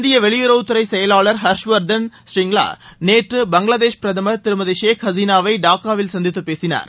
இந்திய வெளியுறவுத்துறை செயலாளர் ஹர்ஷ்வர்தன் சிரிங்லா நேற்று பங்களாதேஷ் பிரதமர் திருமதி ஷேக் ஹசீனாவை டாக்காவில் சந்தித்து பேசினார்